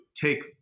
take